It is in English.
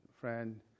friend